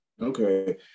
okay